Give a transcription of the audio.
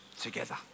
together